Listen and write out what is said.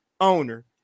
owner